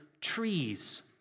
trees